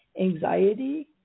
anxiety